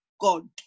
god